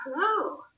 Hello